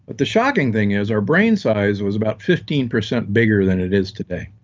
but the shocking thing is, our brain size was about fifteen percent bigger than it is today.